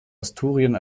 asturien